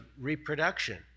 reproduction